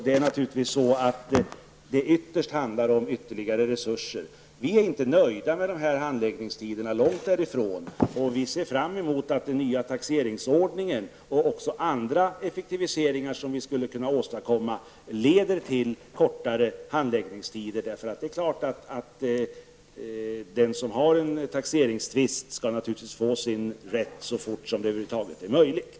Det här handlar ytterst om ytterligare resurser. Vi är långt ifrån nöjda med handläggningstiderna. Vi ser fram emot att den nya taxeringsordningen och andra effektiviseringar som kan åstadkommas leder till kortare handläggningstider. Det är klart att den som ligger i en taxeringstvist skall naturligtvis få sin rätt prövad så fort som möjligt.